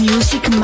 Music